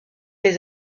les